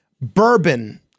bourbon